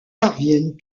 parviennent